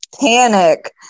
panic